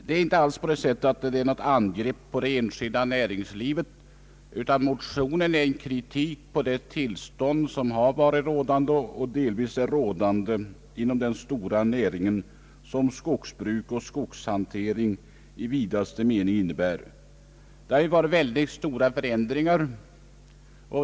Det är inte alls fråga om något angrepp på det enskilda näringslivet, utan motionen är kritisk mot det tillstånd som har varit och delvis är rådande inom den stora näring som skogsbruk och skogshantering i vidaste mening innebär. Det har ju varit väldigt stora förändringar.